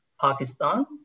Pakistan